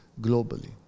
globally